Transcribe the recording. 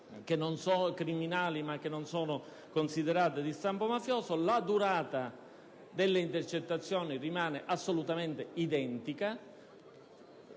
organizzazioni criminali che però non sono considerate di stampo mafioso), la durata delle intercettazioni rimane assolutamente identica: